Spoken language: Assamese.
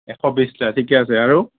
এশ বিশটা ঠিকে আছে আৰু